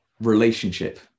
relationship